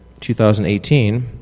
2018